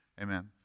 Amen